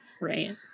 Right